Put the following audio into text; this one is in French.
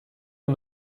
est